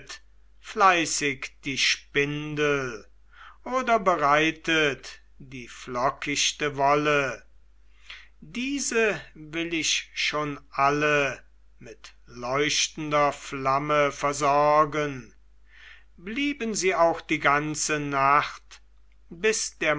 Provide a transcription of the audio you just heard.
die spindel oder bereitet die flockichte wolle diese will ich schon alle mit leuchtender flamme versorgen blieben sie auch die ganze nacht bis der